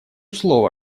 слово